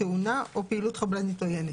תאונה או פעילות חבלנית עוינת".